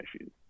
issues